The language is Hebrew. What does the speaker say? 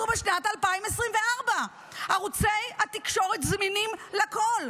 אנחנו בשנת 2024. ערוצי התקשורת זמינים לכול,